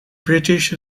british